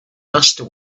master